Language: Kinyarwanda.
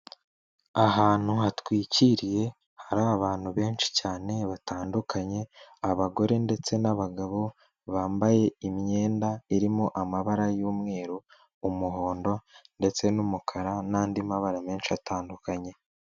Ahantu hatwikiriye hari abantu benshi cyane batandukanye, abagore ndetse n'abagabo bambaye imyenda irimo amabara y'umweru, umuhondo ndetse n'umukara n'andi mabara menshi atandukanye.